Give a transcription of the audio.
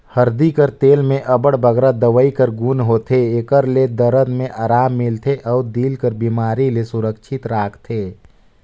हरदी कर तेल में अब्बड़ बगरा दवई कर गुन होथे, एकर ले दरद में अराम मिलथे अउ दिल कर बेमारी ले सुरक्छित राखथे